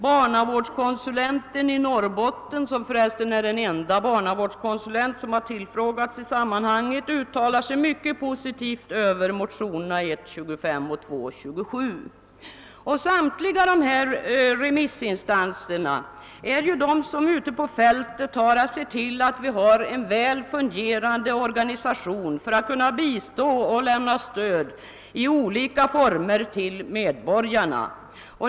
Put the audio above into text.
Barnavårdskonsulenten i Norrbotten, som för övrigt är den ende barnavårdskonsulent som har tillfrågats i sammanhanget, uttalar sig mycket positivt om motionerna I: 25 och II: 27. Samtliga dessa remissyttranden har alltså avgivits av instanser som ute på fältet har att se till att vi har en väl fungerande organisation för att i olika former lämna stöd till medborgarna.